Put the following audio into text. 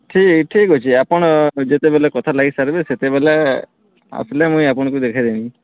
ଠିକ୍ ଠିକ୍ ଅଛେ ଆପଣ୍ ଯେତେବେଲେ କଥା ଲାଗିସାର୍ବେ ସେତେବେଲେ ଆସ୍ଲେ ମୁଇଁ ଆପଣ୍କୁ ଦେଖେଇଦେମି